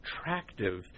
attractive